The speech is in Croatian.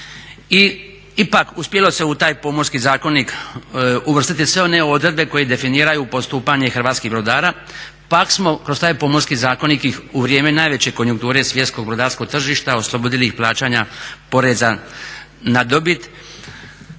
ipak uspjelo se u taj Pomorski zakonik uvrstiti sve one odredbe koje definiraju postupanje hrvatskih brodara. Pak smo kroz taj Pomorski zakonik ih u vrijeme najveće konjukture svjetskog brodarskog tržišta oslobodili ih plaćanja poreza na dobit,